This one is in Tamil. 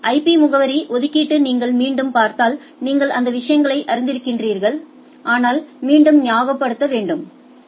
ஐபி முகவரி ஒதுக்கீட்டை நீங்கள் மீண்டும் பார்த்தால் நீங்கள் அந்த விஷயங்களை அறிந்திருக்கிறீர்கள் ஆனால் மீண்டும் ஞாபகப்படுத்த வேண்டும் நேரம் 1547 ஐப் பார்க்கவும்